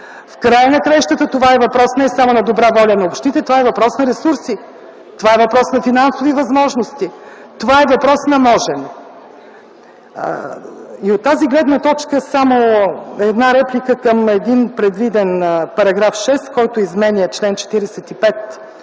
В края на краищата това е въпрос не само на добра воля на общините, това е въпрос на ресурси, това е въпрос на финансови възможности, това е въпрос на можене. От тази гледна точка, само една реплика към един предвиден § 6, който изменя чл. 45